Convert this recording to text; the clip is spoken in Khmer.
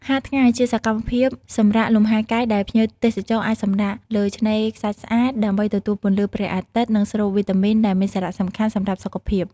ហាលថ្ងៃ ជាសកម្មភាពសម្រាកលំហែកាយដែលភ្ញៀវទេសចរអាចសម្រាកលើឆ្នេរខ្សាច់ស្អាត ដើម្បីទទួលពន្លឺព្រះអាទិត្យ និងស្រូបវីតាមីន ដែលមានសារៈសំខាន់ សម្រាប់សុខភាព។